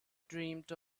dreamed